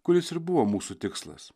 kuris ir buvo mūsų tikslas